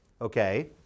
okay